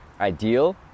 ideal